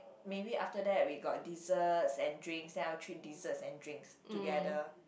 maybe after that we got desserts and drinks then I'll treat desserts and drinks together